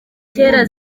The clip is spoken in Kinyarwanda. kera